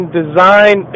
design